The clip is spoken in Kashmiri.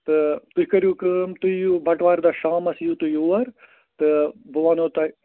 تہٕ تُہۍ کٔرِو کٲم تُہۍ یِیِو بَٹوارِ دۄہ شامَس یِیِو تُہۍ یور تہٕ بہٕ وَنو تۄہہِ